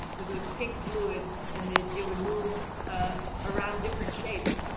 cause it was pink fluid and it it would move around different shapes.